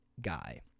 guy